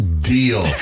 Deal